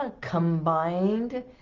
combined